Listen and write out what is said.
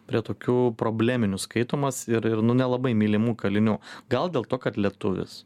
prie tokių probleminių skaitomas ir ir nu nelabai mylimų kalinių gal dėl to kad lietuvis